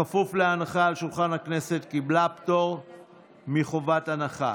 קיבלה פטור מחובת הנחה,